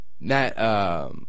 Matt